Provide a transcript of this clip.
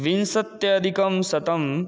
विंशत्यधिकं शतं